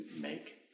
make